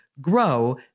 grow